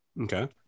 Okay